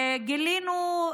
וגילינו,